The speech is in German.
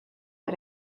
bei